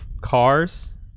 cars